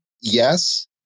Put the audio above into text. Yes